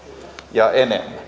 ja enemmän